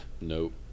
Nope